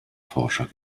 forscher